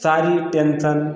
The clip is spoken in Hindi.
सारी टेन्सन